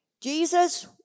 Jesus